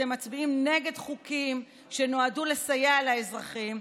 אתם מצביעים נגד חוקים שנועדו לסייע לאזרחים,